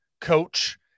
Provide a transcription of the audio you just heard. coach